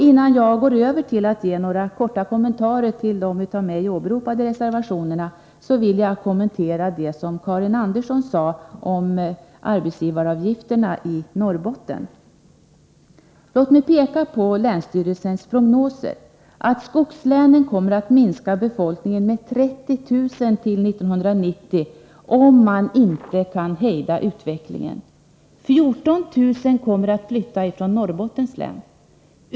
Innan jag går över till att ge några korta kommentarer till de av mig åberopade reservationerna, vill jag kommentera det som Karin Andersson sade om arbetsgivaravgifterna i Norrbotten. Låt mig peka på länsstyrelsernas prognoser, att skogslänen kommer att minska befolkningen med 30 000 till 1990 om man inte kan hejda utvecklingen. 14 000 kommer att flytta ifrån Norrbottens län.